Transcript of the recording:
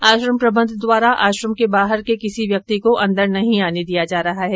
आश्रम प्रबंध द्वारा आश्रम के बाहर के किसी व्यक्ति को अंदर नहीं आने दिया जा रहा है